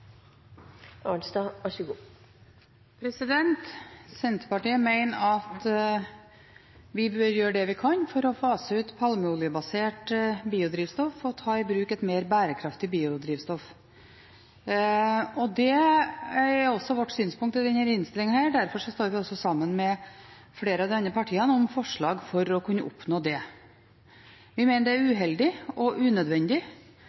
Senterpartiet mener at vi bør gjøre det vi kan for å fase ut palmeoljebasert biodrivstoff og ta i bruk et mer bærekraftig biodrivstoff. Det er også vårt synspunkt i denne innstillingen. Derfor står vi og flere av de andre partiene sammen om forslag for å kunne oppnå det. Vi mener det er